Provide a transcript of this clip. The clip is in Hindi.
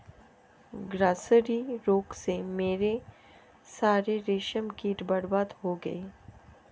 ग्रासेरी रोग से मेरे सारे रेशम कीट बर्बाद हो गए